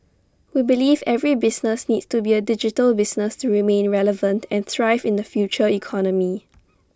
we believe every business needs to be A digital business to remain relevant and thrive in the future economy